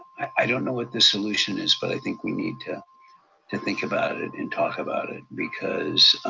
i don't know what the solution is, but i think we need to to think about it, and talk about it, because